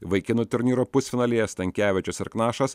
vaikinų turnyro pusfinalyje stankevičius ir knašas